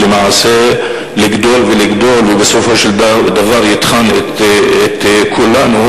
למעשה לגדול ולגדול ובסופו של דבר יטחן את כולנו?